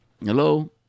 hello